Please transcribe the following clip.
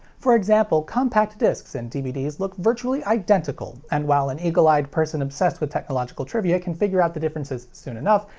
for example, compact discs and dvds look virtually identical, and while an eagle-eyed person obsessed with technological trivia can figure out the differences soon enough,